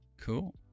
cool